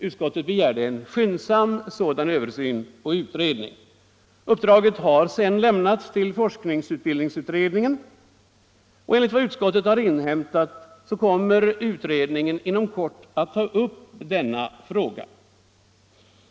Utskottet begärde en skyndsam översyn och utredning. Uppdraget har sedan lämnats till forskarutbildningsutredningen, och enligt vad utskottet inhämtat kommer utredningen inom kort att ta upp den frågan.